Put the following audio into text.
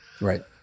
Right